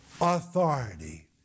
authority